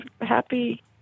happy